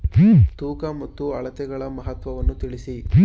ತೂಕ ಮತ್ತು ಅಳತೆಗಳ ಮಹತ್ವವನ್ನು ತಿಳಿಸಿ?